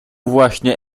właśnie